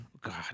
God